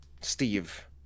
Steve